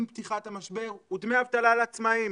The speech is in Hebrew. עם פתיחת המשבר, הוא דמי אבטלה לעצמאים,